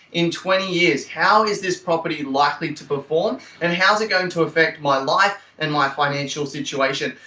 in twenty years? how is this property likely to perform and how's it going to affect my life and my financial situation?